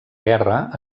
guerra